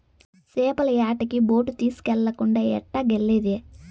చేపల యాటకి బోటు తీస్కెళ్ళకుండా ఎట్టాగెల్లేది